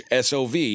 SOV